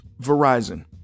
Verizon